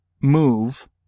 move